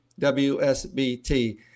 WSBT